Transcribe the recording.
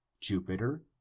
jupiter